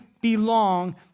belong